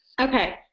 Okay